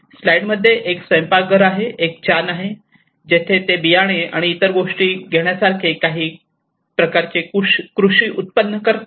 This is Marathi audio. स्लाईड मध्ये एक स्वयंपाकघर आहे एक चॅन आहे जेथे ते बियाणे आणि इतर गोष्टी घेण्यासारखे काही प्रकारचे कृषी उपक्रम करतात